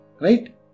right